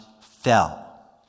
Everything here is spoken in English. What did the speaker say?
Fell